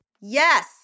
Yes